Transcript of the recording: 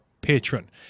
patron